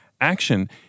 action